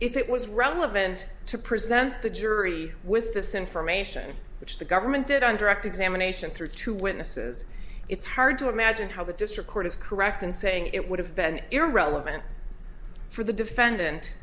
if it was relevant to present the jury with this information which the government did on direct examination through two witnesses it's hard to imagine how the just record is correct in saying it would have been irrelevant for the defendant